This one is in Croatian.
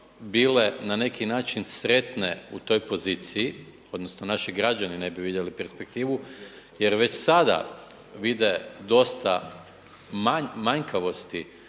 na neki način sretne u toj poziciji, odnosno naši građani ne bi vidjeli perspektivu jer već sada vide dosta manjkavosti,